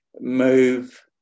move